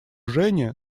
жени